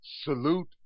Salute